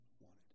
wanted